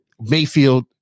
Mayfield